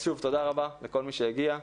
שוב, תודה רבה לכל מי שהגיע.